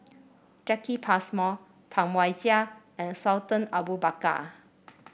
Jacki Passmore Tam Wai Jia and Sultan Abu Bakar